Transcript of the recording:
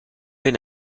been